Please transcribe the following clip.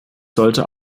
sollte